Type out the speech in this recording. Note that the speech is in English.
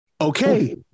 Okay